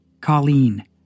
Colleen